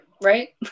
right